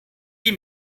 die